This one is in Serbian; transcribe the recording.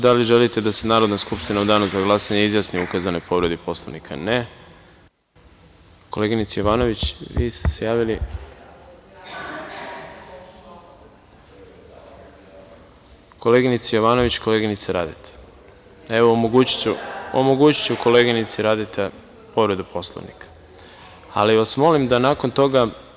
Da li želite da se Narodna skupština u danu za glasanje izjasni o ukazanoj povredi Poslovnika? (Ne) Koleginice Jovanović, vi ste se javili? (Vjerica Radeta: Koleginica Radeta se prva javila.) Koleginice Jovanović, koleginice Radeta, evo, omogućiću koleginici Radeta povredu Poslovnika, ali vas molim da, nakon toga…